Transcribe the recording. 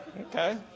Okay